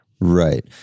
Right